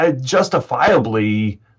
justifiably